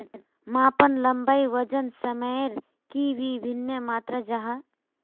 मापन लंबाई वजन सयमेर की वि भिन्न मात्र जाहा?